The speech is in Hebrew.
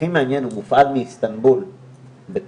והכי מעניין, הוא מופעל מאיסטנבול בטורקיה,